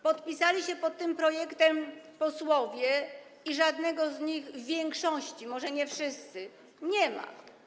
Podpisali się pod tym projektem posłowie i żadnego z nich - większości, może nie wszystkich - nie ma.